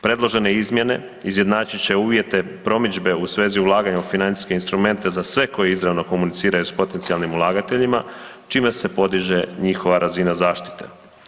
Predložene izmjene izjednačit će uvjete promidžbe u svezi ulaganja u financijske instrumente za sve koji izravno komuniciraju s potencijalnim ulagateljima, čime se podiže njihova razina zaštite.